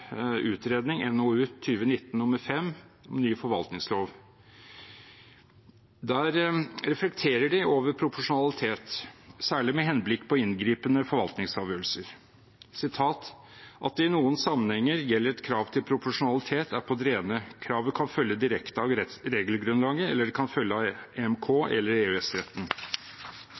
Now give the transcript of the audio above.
utredning, NOU 2019: 5, om ny forvaltningslov. Der reflekterer de over proporsjonalitet, særlig med henblikk på inngripende forvaltningsavgjørelser: «At det i noen sammenhenger gjelder et krav til proporsjonalitet, er på det rene. Kravet kan følge direkte av regelgrunnlaget, eller det kan følge av EMK eller